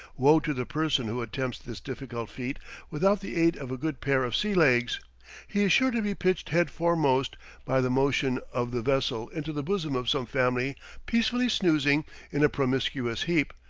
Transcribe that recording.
woe to the person who attempts this difficult feat without the aid of a good pair of sea-legs he is sure to be pitched head foremost by the motion of the vessel into the bosom of some family peacefully snoozing in a promiscuous heap,